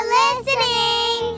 listening